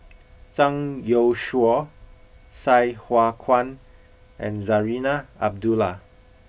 Zhang Youshuo Sai Hua Kuan and Zarinah Abdullah